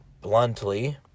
bluntly